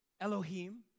Elohim